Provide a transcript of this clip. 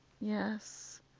yes